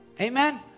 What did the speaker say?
Amen